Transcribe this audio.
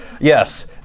Yes